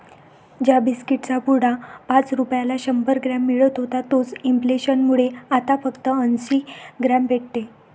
ज्या बिस्कीट चा पुडा पाच रुपयाला शंभर ग्राम मिळत होता तोच इंफ्लेसन मुळे आता फक्त अंसी ग्राम भेटते